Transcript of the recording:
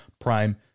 Prime